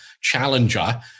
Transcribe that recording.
challenger